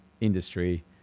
industry